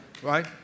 right